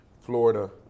Florida